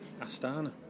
Astana